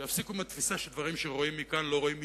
שיפסיקו מהתפיסה שדברים שרואים מכאן לא רואים משם,